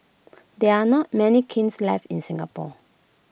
there are not many kilns left in Singapore